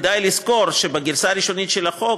כדאי לזכור שבגרסה הראשונית של החוק